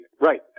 Right